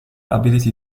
ability